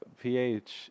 pH